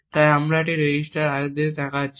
তাই আবার আমরা এই রেজিস্টার R এর দিকে তাকাচ্ছি